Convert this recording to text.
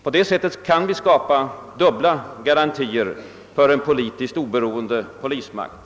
På det sättet skapar vi dubbla garantier för en politiskt fristående polismakt.